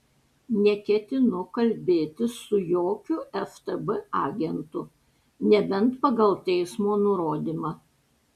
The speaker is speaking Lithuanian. neketinu kalbėtis su jokiu ftb agentu nebent pagal teismo nurodymą